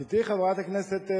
את אתי, חברת הכנסת,